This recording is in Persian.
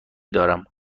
دارم